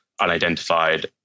unidentified